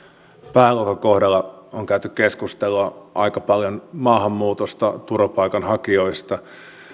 pääluokan kohdalla on käyty keskustelua aika paljon maahanmuutosta turvapaikanhakijoista